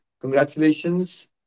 congratulations